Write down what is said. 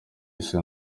isi